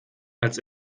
als